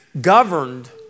governed